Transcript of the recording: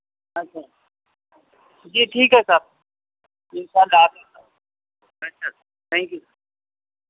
اچھا جی ٹھیک ہے سر ان شاء اللہ بہتر تھینک یو